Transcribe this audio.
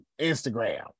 instagram